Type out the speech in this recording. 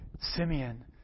Simeon